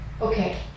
okay